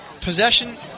possession